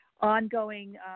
ongoing